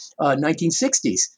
1960s